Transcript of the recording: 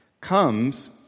comes